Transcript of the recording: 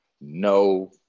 no